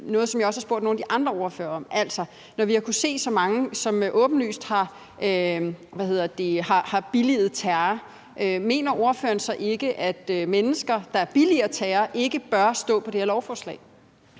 noget, som jeg også har spurgt nogle af de andre ordførere om. Når vi har kunnet se så mange, som åbenlyst har billiget terror, mener ordføreren så ikke, at mennesker, der billiger terror, ikke bør stå på det her lovforslag?